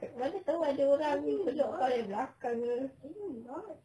mana tahu ada orang peluk kau dari belakang ke